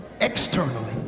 externally